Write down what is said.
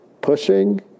pushing